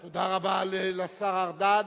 תודה רבה לשר ארדן.